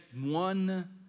one